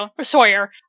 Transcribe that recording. sawyer